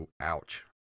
Ouch